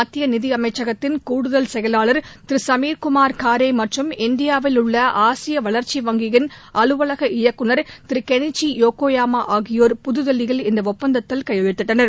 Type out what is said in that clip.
மத்திய நிதியமைச்சகத்தின் கூடுதல் செயலாளர் திரு சமீர் குமார் காரே மற்றும் இந்தியாவில் உள்ள ஆசிய வளர்ச்சி வங்கியின் அலுவலக இயக்குநர் திரு கெளிச்சி யோகோயமா ஆகியோர் புதுதில்லியில் இந்த ஒப்பந்தத்தில் கையெழுத்திட்டனர்